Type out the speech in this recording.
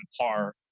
par